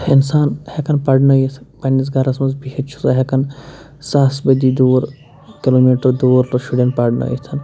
اِنسان ہٮ۪کان پَرنٲیِتھ پَنٛنِس گَرَس منٛز بِہِتھ چھُ سُہ ہٮ۪کان ساسہٕ بٔدی دوٗر کِلوٗ میٖٹَر دوٗر شُرٮ۪ن پَرٕنٲیِتھ